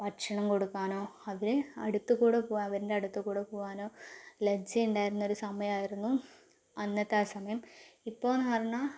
ഭക്ഷണം കൊടുക്കുവാനോ അവർ അടുത്തു കൂടെ പോകുവാനോ അവൻ്റെ അടുത്ത കൂടെ പോകുവാനോ ലജ്ജയുണ്ടായിരുന്നൊരു സമയമായിരുന്നു അന്നത്തെ ആ സമയം ഇപ്പോഴെന്ന് പറഞ്ഞാൽ